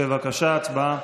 בבקשה, הצבעה.